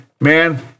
man